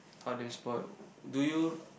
how do you spoil do you